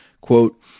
Quote